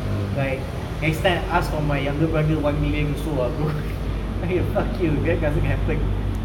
like next time ask for my younger brother one million also ah bro like fuck you that doesn't happen